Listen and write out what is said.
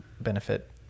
benefit